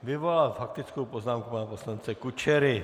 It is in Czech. Vyvolala faktickou poznámku pana poslance Kučery.